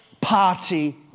party